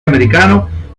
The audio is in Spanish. americano